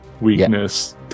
weakness